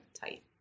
tight